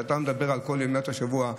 כשאתה מדבר על כל ימות השבוע,